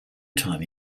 time